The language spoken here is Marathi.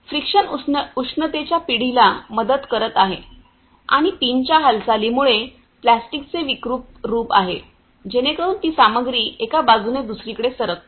फ्रिक्शन उष्णतेच्या पिढीला मदत करत आहे आणि पिनच्या हालचाली मुळे प्लास्टिकचे विकृत रूप आहे जेणेकरून ती सामग्री एका बाजूने दुसरीकडे सरकते